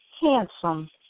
handsome